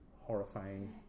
horrifying